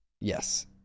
Yes